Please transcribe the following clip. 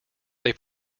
they